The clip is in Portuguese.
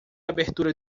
abertura